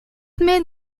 may